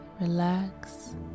relax